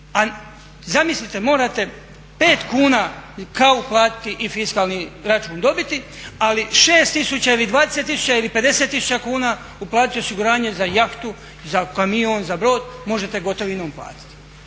A zamislite, morate 5 kuna kavu platiti i fiskalni račun dobiti, ali 6000 ili 20 000 ili 50 000 kuna uplatiti osiguranje za jahtu, za kamion, za brod možete gotovinom platiti.